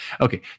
Okay